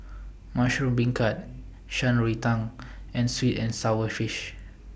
Mushroom Beancurd Shan Rui Tang and Sweet and Sour Fish